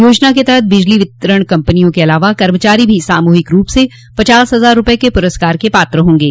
योजना के तहत बिजली वितरण कंपनियों के अलावा कर्मचारी भी सामूहिक रूप से पचास लाख रुपये के पुरस्कार के पात्र होंगे